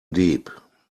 deep